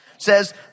says